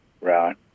Right